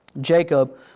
Jacob